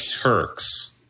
Turks